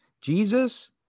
jesus